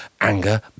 anger